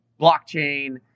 Blockchain